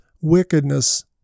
wickedness